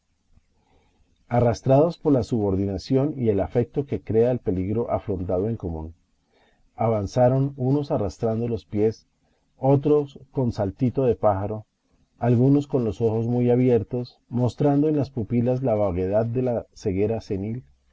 arrastrados por la subordinación y el afecto que crea el peligro afrontado en común avanzaron unos arrastrando los pies otros con saltitos de pájaro alguno con los ojos muy abiertos mostrando en las pupilas la vaguedad de la ceguera senil